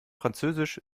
französisch